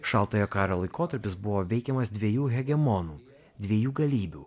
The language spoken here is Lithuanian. šaltojo karo laikotarpis buvo veikiamas dviejų hegemonų dviejų galybių